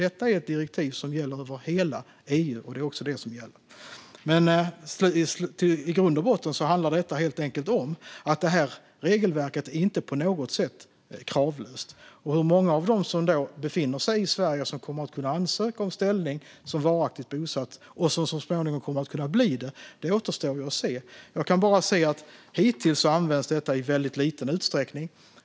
Detta är ett direktiv som gäller över hela EU. I grund och botten handlar detta om att det här regelverket inte på något sätt är kravlöst. Hur många av dem som befinner sig i Sverige som kommer att kunna ansöka om ställning som varaktigt bosatt, och som så småningom kan bli det, återstår att se. Jag kan bara säga att hittills har detta använts i liten utsträckning.